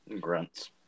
Grunts